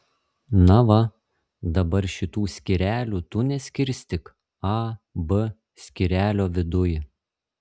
na va dabar šitų skyrelių tu neskirstyk a b skyrelio viduj